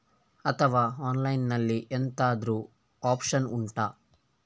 ಅಥವಾ ಆನ್ಲೈನ್ ಅಲ್ಲಿ ಎಂತಾದ್ರೂ ಒಪ್ಶನ್ ಉಂಟಾ